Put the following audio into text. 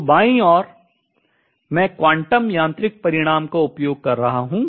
तो बाईं ओर मैं क्वांटम यांत्रिक परिणाम का उपयोग कर रहा हूँ